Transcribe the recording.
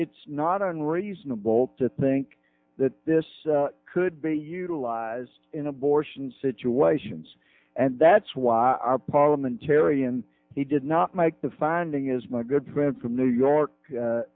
it's not unreasonable to think that this could be utilized in abortion situations and that's why parliamentarian he did not make the finding is my good friend from new york